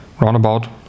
roundabout